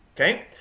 okay